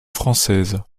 française